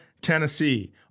Tennessee